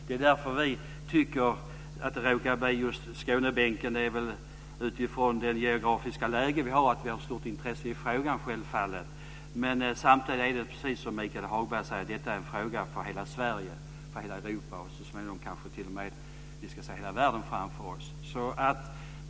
Att det har råkat bli just Skånebänken beror väl på vårt geografiska läge och självfallet att vi har ett stort intresse för frågan. Samtidigt är det, som Michael Hagberg säger, en fråga för hela Sverige, för hela Europa och så småningom t.o.m. för hela världen.